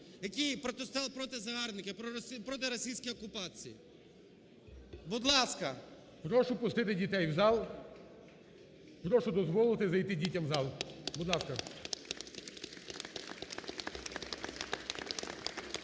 які протистояли проти загарбникі – проти російської окупації. Будь ласка. ГОЛОВУЮЧИЙ. Прошу пустити дітей в зал. Прошу дозволити зайти дітям в зал, будь ласка.